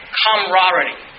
camaraderie